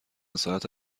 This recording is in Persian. ساعت